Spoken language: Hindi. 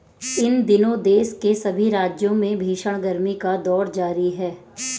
इन दिनों देश के सभी राज्यों में भीषण गर्मी का दौर जारी है